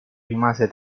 rimase